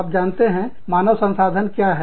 आप जानते हैं मानव संसाधन क्या है